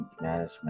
management